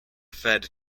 fed